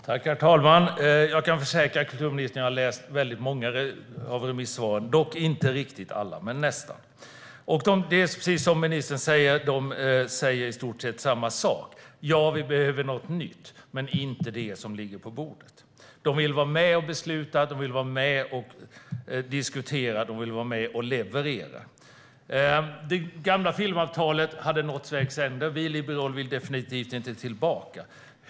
Herr talman! Jag kan försäkra kulturministern att jag har läst väldigt många av remissvaren, dock inte riktigt alla men nästan. Det är precis som ministern säger. De visar i stort sett samma sak: Ja, vi behöver något nytt, men inte det som ligger på bordet. Man vill vara med och besluta, diskutera och leverera. Det gamla filmavtalet hade nått vägs ände. Vi liberaler vill definitivt inte tillbaka.